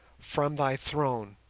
from thy throne,